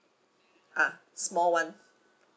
ah small [one]